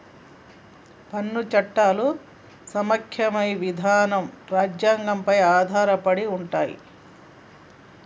పన్ను చట్టాలు సమైక్య విధానం రాజ్యాంగం పై ఆధారపడి ఉంటయ్